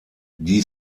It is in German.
die